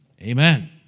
Amen